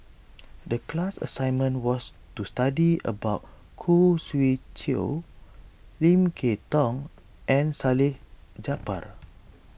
the class assignment was to study about Khoo Swee Chiow Lim Kay Tong and Salleh Japar